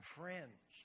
friends